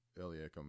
Eliakim